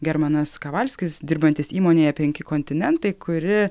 germanas kavalskis dirbantis įmonėje penki kontinentai kuri